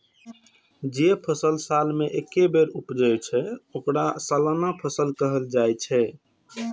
जे फसल साल मे एके बेर उपजै छै, ओकरा सालाना फसल कहल जाइ छै